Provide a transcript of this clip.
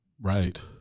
Right